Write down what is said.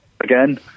again